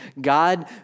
God